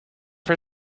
for